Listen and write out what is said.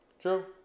true